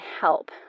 help